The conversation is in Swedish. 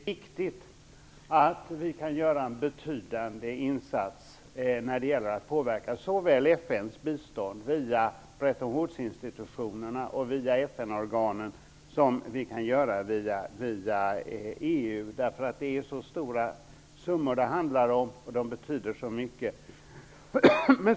Fru talman! Det är säkert riktigt att vi kan göra en betydande insats såväl när det gäller att påverka FN:s bistånd via Bretton Woods-institutionerna och via FN organen som när det gäller att påverka via EU, eftersom de summor det handlar om är så stora och betyder så mycket.